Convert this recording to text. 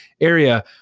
area